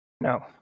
No